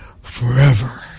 forever